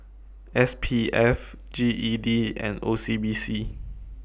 S P F G E D and O C B C